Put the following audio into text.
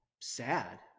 sad